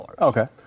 Okay